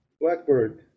Blackbird